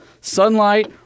sunlight